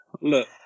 Look